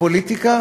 הפוליטיקה